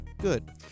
good